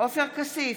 עופר כסיף,